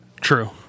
True